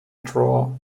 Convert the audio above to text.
draw